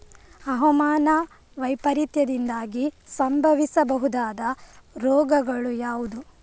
ಹವಾಮಾನ ವೈಪರೀತ್ಯದಿಂದಾಗಿ ಸಂಭವಿಸಬಹುದಾದ ರೋಗಗಳು ಯಾವುದು?